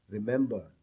Remember